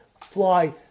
fly